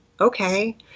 okay